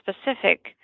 specific